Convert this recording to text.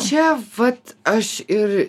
čia vat aš ir